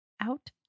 Out